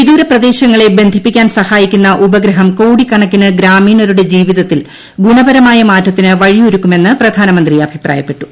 വിദൂര പ്രദേശങ്ങളെ ബന്ധിപ്പിക്കാൻ സഹായിക്കുന്ന ഉപഗ്രഹം കോടിക്കണക്കിന് ഗ്രാമീണരുടെ ജീവിതത്തിൽ ഗുണപരമായ മാറ്റത്തിന് വഴിയൊരുക്കുമെന്ന് പ്രധാനമന്ത്രി അഭിപ്രായപ്പെട്ടു